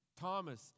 Thomas